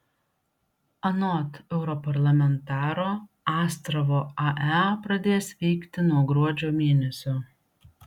anot europarlamentaro astravo ae pradės veikti nuo gruodžio mėnesio